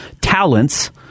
talents